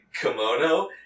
kimono